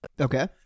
Okay